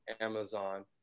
Amazon